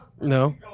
no